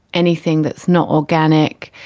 anything that's not organic,